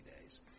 days